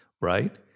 right